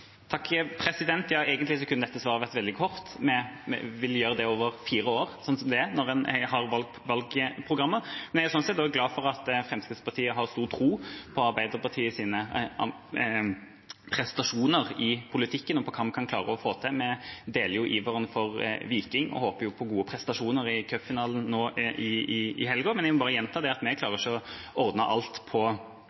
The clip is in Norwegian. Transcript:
Egentlig kunne dette svaret vært veldig kort. Vi vil gjøre det over fire år, slik det er når en har valgprogrammer. Vi er sånn sett glad for at Fremskrittspartiet har stor tro på Arbeiderpartiets prestasjoner i politikken og på hva vi kan klare å få til. Vi deler jo iveren for Viking og håper på gode prestasjoner i cupfinalen nå i helga. Men jeg må bare gjenta at vi